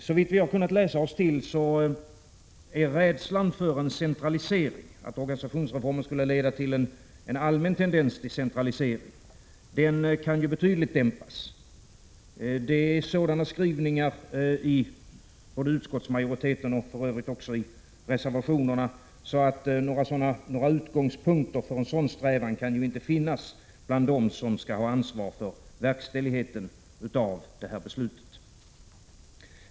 Såvitt vi har kunnat läsa oss till kan rädslan för att organisationsreformen skall leda till en allmän tendens till centralisering dämpas betydligt. Skrivningarna från utskottsmajoriteten och för övrigt också i reservationerna är sådana att några utgångspunkter för en sådan strävan inte kan finnas bland dem som skall ha ansvar för verkställigheten av det här beslutet.